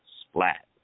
splat